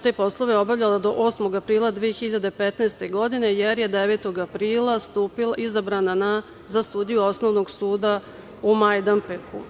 Te poslove je obavljala do 8. aprila 2015. godine, jer je 9. aprila izabrana za sudiju Osnovnog suda u Majdanpeku.